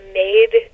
made